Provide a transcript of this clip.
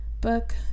book